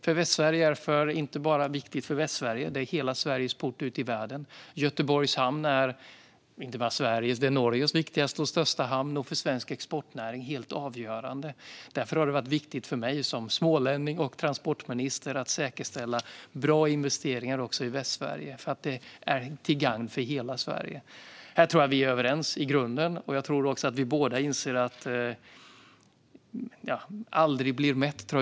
Men det är viktigt inte bara för Västsverige, utan det är hela Sveriges port ut till världen. Göteborgs hamn är inte bara Sveriges utan även Norges viktigaste och största hamn, och den är helt avgörande för svensk exportnäring. Därför har det varit viktigt för mig som smålänning och transportminister att säkerställa bra investeringar också i Västsverige. De är till gagn för hela Sverige. Jag tror att vi är överens i grunden, och jag tror också att vi båda inser att man aldrig blir mätt.